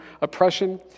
oppression